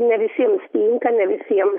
ne visiems tinka ne visiem